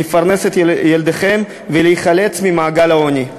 לפרנס את ילדיכם ולהיחלץ ממעגל העוני.